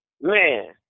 Man